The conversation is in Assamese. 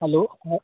হেল্ল'